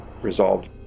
resolved